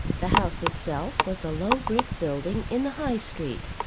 the house itself was a low brick building in the high street,